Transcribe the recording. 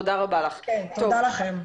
תודה לכם.